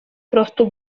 prostu